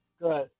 Good